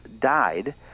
died